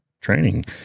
training